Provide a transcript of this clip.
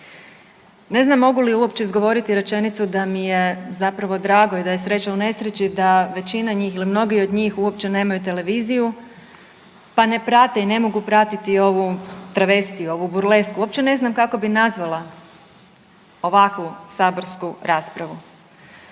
Ne znam mogu li uopće izgovoriti rečenicu da mi je zapravo drago i da je sreća u nesreći da većina njih ili mnogi od njih uopće nemaju televiziju pa ne prate i ne mogu pratiti ovu travestiju, ovu burlesku. Uopće ne znam kako bi nazvala ovakvu saborsku raspravu.